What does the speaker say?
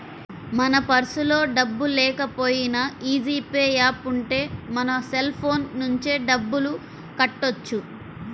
మన పర్సులో డబ్బుల్లేకపోయినా యీ జీ పే యాప్ ఉంటే మన సెల్ ఫోన్ నుంచే డబ్బులు కట్టొచ్చు